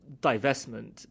divestment